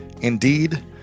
Indeed